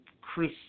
Chris